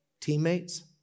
teammates